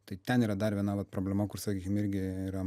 tai ten yra dar viena vat problema kur sakykim irgi yra